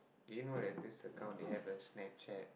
you know right this account they have a Snapchat